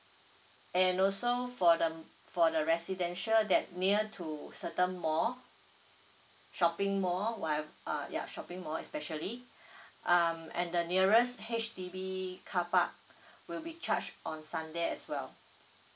and also for the for the residential that near to certain mall shopping mall while uh ya shopping mall especially um and the nearest H_D_B carpark will be charged on sunday as well